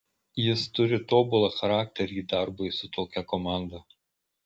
jis turi tobulą charakterį darbui su tokia komanda